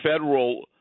federal